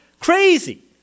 crazy